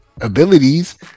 abilities